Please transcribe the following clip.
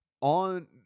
on